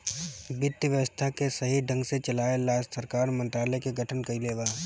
वित्त व्यवस्था के सही ढंग से चलाये ला सरकार मंत्रालय के गठन कइले बा